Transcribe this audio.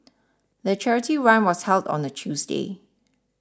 the charity run was held on a Tuesday